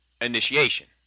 initiation